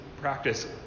practice